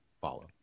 follow